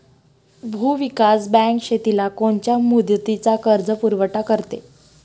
भूविकास बँक शेतीला कोनच्या मुदतीचा कर्जपुरवठा करते?